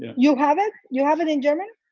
you have it? you have it in german?